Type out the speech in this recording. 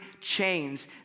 chains